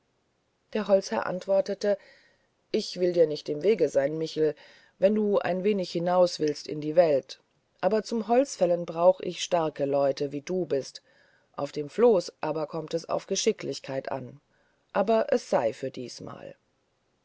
der holzherr antwortete ich will dir nicht im weg sein michel wenn du ein wenig hinaus willst in die welt und zwar beim holzfällen brauche ich starke leute wie du bist auf dem floß aber kommt es auf geschicklichkeit an aber es sei für diesmal